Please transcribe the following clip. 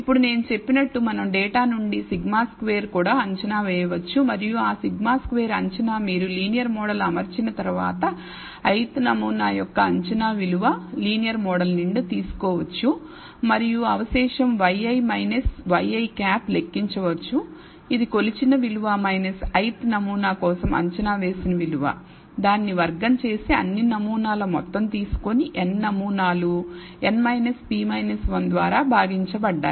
ఇప్పుడు నేను చెప్పినట్లు మనం డేటా నుండి σ2 కూడా అంచనా వేయవచ్చు మరియు ఆ σ2 అంచనా మీరు లీనియర్ మోడల్ అమర్చిన తరువాత ith నమూనా యొక్క అంచనా విలువ లీనియర్ మోడల్ నుండి తీసుకోవచ్చు మరియు అవశేషం yi ŷi లెక్కించవచ్చు ఇది కొలిచిన విలువ - ith నమూనా కోసం అంచనా వేసిన విలువ దాన్ని వర్గం చేసి అన్ని నమూనాల మొత్తం తీసుకొని n నమూనాలు n p 1 ద్వారా భాగించు బడ్డాయి